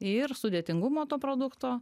ir sudėtingumo to produkto